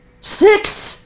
Six